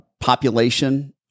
Population